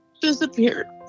disappeared